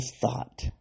thought